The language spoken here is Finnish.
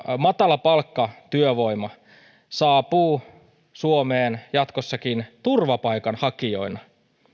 matalapalkkatyövoima saapuu suomeen jatkossakin turvapaikanhakijoina